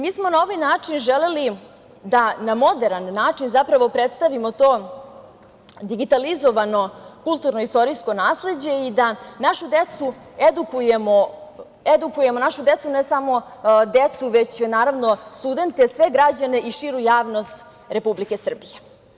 Mi smo na ovaj način želeli da na moderan način zapravo predstavimo to digitalizovano kulturno-istorijsko nasleđe i da našu decu edukujemo, ne samo decu, već naravno, studente i sve građane i širu javnost Republike Srbije.